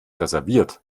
reserviert